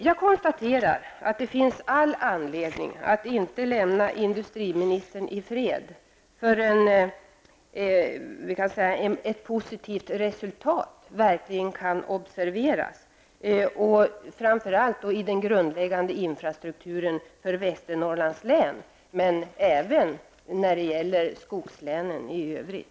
Jag konstaterar att det finns all anledning att inte lämna industriministern i fred förrän ett positivt resultat verkligen kan observeras, framför allt när det gäller den grundläggande infrastrukturen för Västernorrlands län men även när det gäller skogslänen i övrigt.